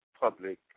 public